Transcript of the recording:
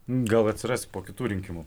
gal atsiras po kitų rinkimų